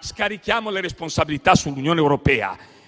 scarichiamo le responsabilità sull'Unione europea.